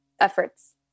efforts